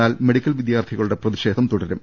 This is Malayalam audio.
എന്നാൽ മെഡിക്കൽ വിദ്യാർഥി കളുടെ പ്രതിഷേധംതുടരും